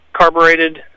carbureted